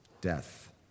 death